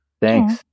Thanks